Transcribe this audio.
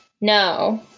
No